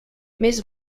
més